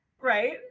Right